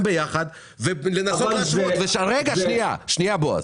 ביחד ולנסות להשוות ------ שנייה בועז,